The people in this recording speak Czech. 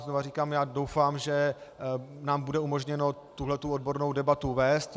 Znovu říkám, já doufám, že nám bude umožněno tuhle odbornou debatu vést.